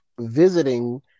visiting